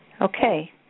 Okay